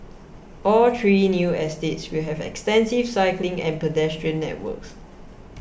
all three new estates will have extensive cycling and pedestrian networks